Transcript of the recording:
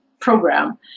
program